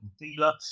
dealer